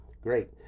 Great